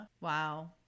Wow